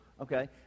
Okay